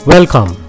Welcome